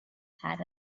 had